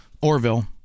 Orville